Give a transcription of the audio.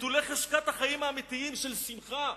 נטולי חשקת החיים האמיתיים של שמחה.